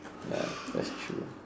ya that's true